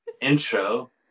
intro